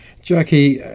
Jackie